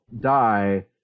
die